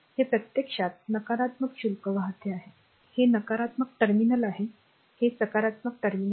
हे प्रत्यक्षात नकारात्मक शुल्क वाहते आहे हे नकारात्मक टर्मिनल आहे हे सकारात्मक टर्मिनल आहे